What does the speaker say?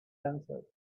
answered